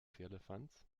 firlefanz